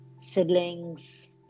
siblings